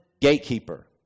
gatekeeper